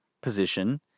position